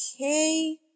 okay